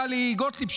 טלי גוטליב,